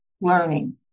learning